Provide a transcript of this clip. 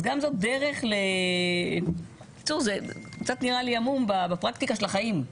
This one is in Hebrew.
נראה לי קצת המום בפרקטיקה של החיים.